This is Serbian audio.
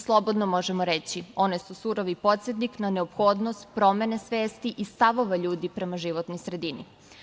Slobodno možemo reći, one su surovi podsetnik na neophodnost promene svesti i stavova ljudi prema životnoj sredini.